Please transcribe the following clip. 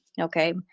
okay